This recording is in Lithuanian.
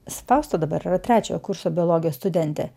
fausta dabar yra trečiojo kurso biologijos studentė